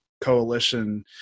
coalition